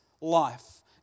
life